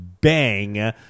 bang